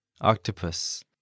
Octopus